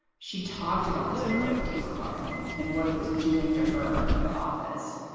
she talked about this voter i d. requirement and what it was doing to her at the office.